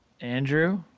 Andrew